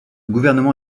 gouvernement